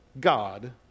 God